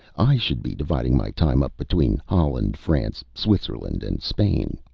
i should be dividing my time up between holland, france, switzerland, and spain.